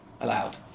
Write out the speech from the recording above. allowed